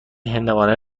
هندوانه